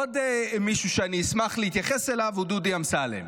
עוד מישהו שאני אשמח להתייחס אליו הוא דודי אמסלם.